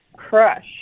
Crush